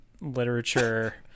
literature